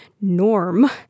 norm